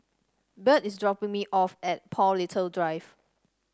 Byrd is dropping me off at Paul Little Drive